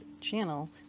channel